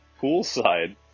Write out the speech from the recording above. poolside